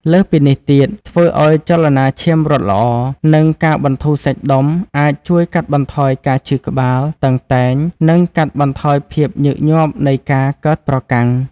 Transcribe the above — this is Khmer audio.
លើសពីនេះទៀត ធ្វើអោយចលនាឈាមរត់ល្អ និងការបន្ធូរសាច់ដុំអាចជួយកាត់បន្ថយការឈឺក្បាលតឹងតែង និងកាត់បន្ថយភាពញឹកញាប់នៃការកើតប្រកាំង។